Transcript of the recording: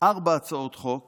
ארבע הצעות חוק